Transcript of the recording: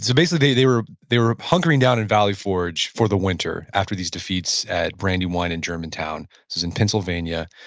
so basically they were they were hunkering down in valley forge for the winter after these defeats at brandywine and germantown. this is in pennsylvania.